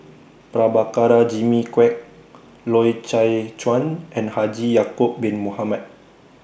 Prabhakara Jimmy Quek Loy Chye Chuan and Haji Ya'Acob Bin Mohamed